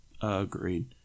agreed